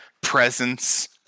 presence